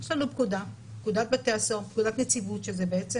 יש לנו את פקודת בתי הסוהר, פקודת נציבות שזו בעצם